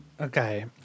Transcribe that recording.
Okay